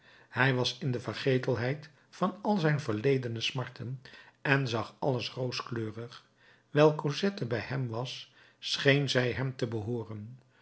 hij was in de vergetelheid van al zijn verledene smarten en zag alles rooskleurig wijl cosette bij hem was scheen zij hem te behooren